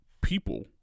people